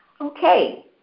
Okay